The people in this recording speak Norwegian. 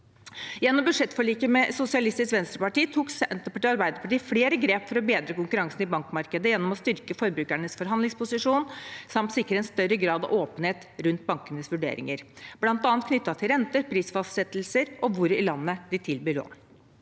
Gjennom budsjettforliket med Sosialistisk Venstreparti tok Senterpartiet og Arbeiderpartiet flere grep for å bedre konkurransen i bankmarkedet ved å styrke forbrukernes forhandlingsposisjon samt å sikre en større grad av åpenhet rundt bankenes vurderinger, bl.a. knyttet til renter, prisfastsettelser og hvor i landet de tilbyr lån.